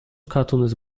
cartoonist